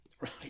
Right